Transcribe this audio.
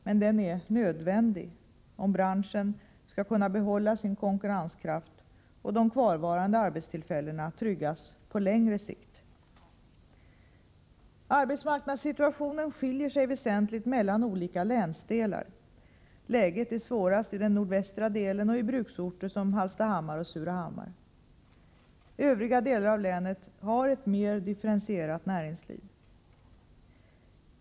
Men den är nödvändig om branschen skall kunna behålla sin konkurrenskraft och de kvarvarande arbetstillfällena tryggas på längre sikt. Arbetsmarknadssituationen skiljer sig väsentligt mellan olika länsdelar. Läget är svårast i den nordvästra delen och i bruksorter som Hallstahammar och Surahammar. Övriga delar av länet har ett mer differentierat näringsliv.